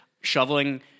shoveling